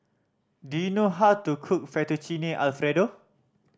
do you know how to cook Fettuccine Alfredo